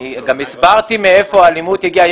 אני גם הסברתי מאיפה האלימות הגיעה.